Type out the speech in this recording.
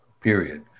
Period